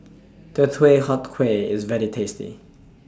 Huat Kueh IS very tasty